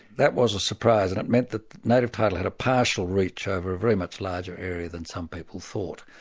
that was a surprise. and it meant that native title had a partial reach over a very much larger area than some people thought.